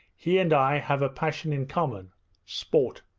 he and i have a passion in common sport